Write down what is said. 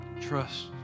Trust